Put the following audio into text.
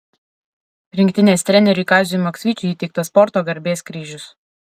rinktinės treneriui kaziui maksvyčiui įteiktas sporto garbės kryžius